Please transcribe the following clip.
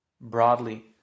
broadly